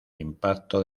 impacto